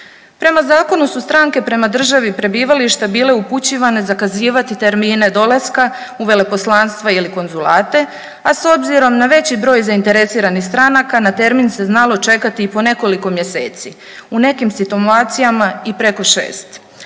Prema zakonu su stranke prema državi prebivališta bile upućivane zakazivati termine dolaska u veleposlanstva ili konzulate, a s obzirom na veći broj zainteresiranih stranaka na termin se znalo čekati i po nekoliko mjeseci, u nekim situacijama i preko 6.